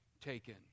taken